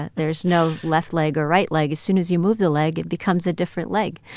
and there's no left leg or right leg. as soon as you move the leg, it becomes a different leg.